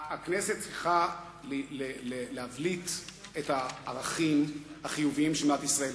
הכנסת צריכה להבליט את הערכים החיוביים של מדינת ישראל,